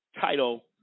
title